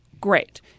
Great